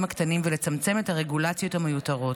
הקטנים ולצמצם את הרגולציות המיותרות,